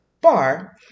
bar